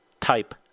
type